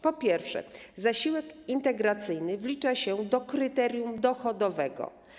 Po pierwsze, zasiłek integracyjny wlicza się do kryterium dochodowego.